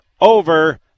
over